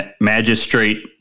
Magistrate